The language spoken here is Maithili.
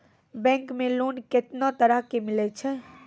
बैंक मे लोन कैतना तरह के मिलै छै?